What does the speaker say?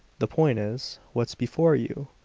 the point is, what's before you?